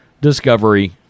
Discovery